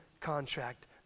contract